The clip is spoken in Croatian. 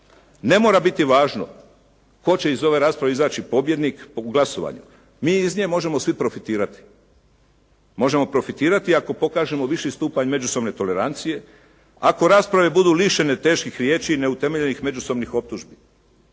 Ne mora biti važno tko će iz ove rasprave izaći pobjednik po glasovanju. Mi iz nje možemo svi profitirati. Možemo profitirati ako pokažemo viši stupanj međusobne tolerancije. Ako rasprave budu lišene teških riječi i neutemeljenih međusobnih optužbi.